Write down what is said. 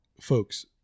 Folks